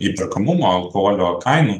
įperkamumo alkoholio kainų